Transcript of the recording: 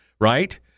right